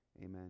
amen